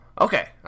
Okay